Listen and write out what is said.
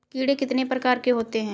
कीड़े कितने प्रकार के होते हैं?